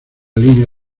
línea